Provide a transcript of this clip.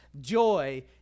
Joy